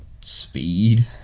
Speed